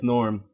Norm